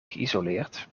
geïsoleerd